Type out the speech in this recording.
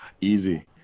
Easy